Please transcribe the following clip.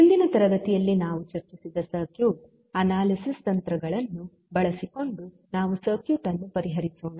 ಹಿಂದಿನ ತರಗತಿಗಳಲ್ಲಿ ನಾವು ಚರ್ಚಿಸಿದ ಸರ್ಕ್ಯೂಟ್ ಅನಾಲಿಸಿಸ್ ತಂತ್ರಗಳನ್ನು ಬಳಸಿಕೊಂಡು ನಾವು ಸರ್ಕ್ಯೂಟ್ ಅನ್ನು ಪರಿಹರಿಸೋಣ